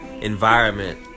environment